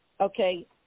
Okay